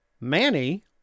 Manny